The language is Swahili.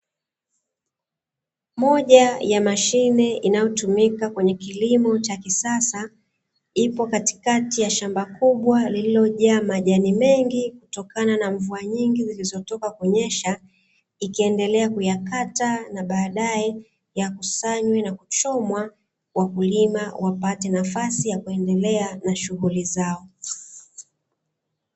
Moja ya mashine inayotumika kwenye kilimo cha kisasa ipo katikati ya shamba kubwa lililojaa majani mengi, kutokana na mvua nyingi zilizotoka kunyesha, ikiendelea kuyakata na baadaye yakusanywe na kuchomwa, wakulima wapate nafasi ya kuendelea na shughuli zao.